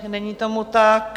Není tomu tak.